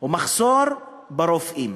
על מחסור ברופאים.